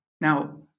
Now